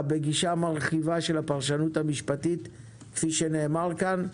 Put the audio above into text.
בגישה מרחיבה של הפרשנות המשפטית כפי שנאמר כאן.